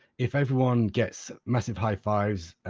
if everyone gets massive high-fives,